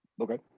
Okay